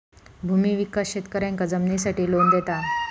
भूमि विकास शेतकऱ्यांका जमिनीसाठी लोन देता